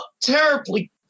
terribly